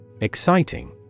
Exciting